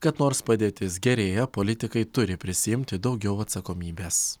kad nors padėtis gerėja politikai turi prisiimti daugiau atsakomybės